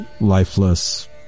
lifeless